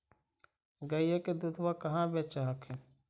गईया के दूधबा कहा बेच हखिन?